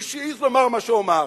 מי שהעז לומר מה שהוא אמר.